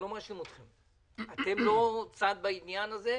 אני לא מאשים אתכם, אתם לא צד בעניין הזה.